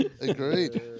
Agreed